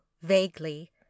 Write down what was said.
vaguely